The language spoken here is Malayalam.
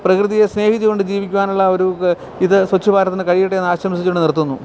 പ്രകൃതിയെ സ്നേഹിച്ച് കൊണ്ട് ജീവിക്കുവാനുള്ള ഒരു ഇത് ഇത് സ്വച്ഛ് ഭാരതിന് കഴിയട്ടെ എന്നാശംസിച്ച് കൊണ്ട് നിർത്തുന്നു